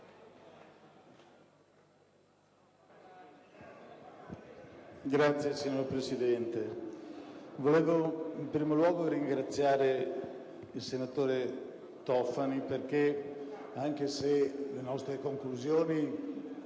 *(PD)*. Signor Presidente, volevo in primo luogo ringraziare il senatore Tofani perché, anche se le nostre conclusioni